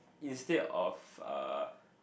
instead of err